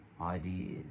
ideas